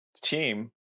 team